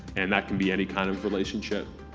and that can be any kind of relationship,